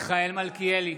מלכיאלי,